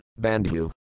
Bandhu